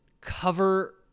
cover